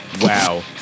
Wow